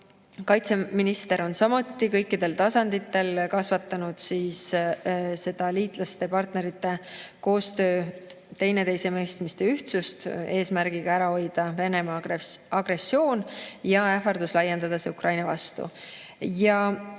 Kaitseminister on samuti kõikidel tasanditel edendanud liitlaste ja partnerite koostööd, teineteisemõistmist ja ühtsust, eesmärk on ära hoida Venemaa agressioon ja ähvardus laiendada seda Ukraina vastu. Ja kuues